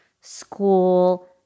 school